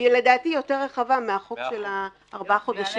לדעתי היא יותר רחבה מהחוק של ארבעה החודשים.